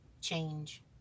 change